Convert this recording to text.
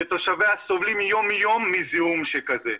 כשתושביה סובלים יום-יום מזיהום שכזה.